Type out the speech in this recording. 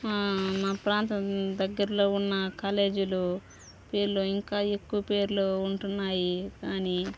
మా ప్రాంతం దగ్గర్లో ఉన్న కాలేజీలు పేర్లు ఇంకా ఎక్కువ పేర్లు ఉంటున్నాయి కానీ